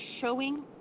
showing